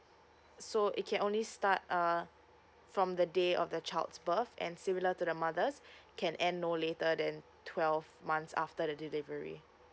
so it can only start uh from the day of the child's birth and similar to the mothers' can end no later than twelve months after the delivery